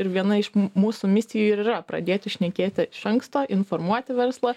ir viena iš mūsų misija ir yra pradėti šnekėti iš anksto informuoti verslą